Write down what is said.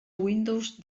windows